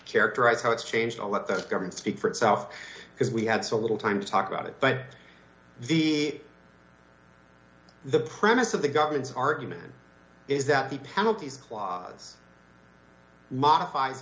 characterize how it's changed all that this government speak for itself because we had so little time to talk about it but the the premise of the government's argument is that the penalties clause modifie